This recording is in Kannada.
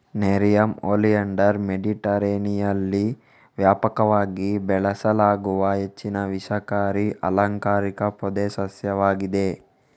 ನೆರಿಯಮ್ ಒಲಿಯಾಂಡರ್ ಮೆಡಿಟರೇನಿಯನ್ನಲ್ಲಿ ವ್ಯಾಪಕವಾಗಿ ಬೆಳೆಸಲಾಗುವ ಹೆಚ್ಚು ವಿಷಕಾರಿ ಅಲಂಕಾರಿಕ ಪೊದೆ ಸಸ್ಯವಾಗಿದೆ